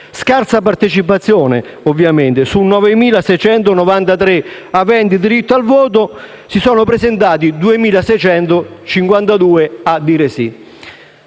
fu la partecipazione, ovviamente: su 9.693 aventi diritto al voto, si presentarono in 2.652 a dire sì.